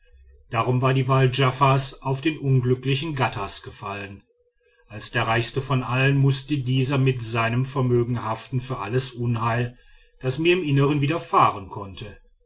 darum war die wahl djafers auf den unglücklichen ghattas gefallen als der reichste von allen mußte dieser mit seinem vermögen haften für alles unheil das mir im innern widerfahren konnte